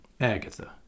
Agatha